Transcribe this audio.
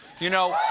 you know,